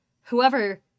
whoever